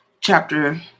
chapter